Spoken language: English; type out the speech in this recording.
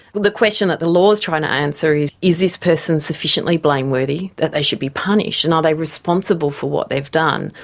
the question that the law's trying to answer is is this person sufficiently blameworthy that they should be punished, and are they responsible for what they've done?